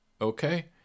Okay